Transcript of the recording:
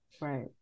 right